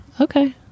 Okay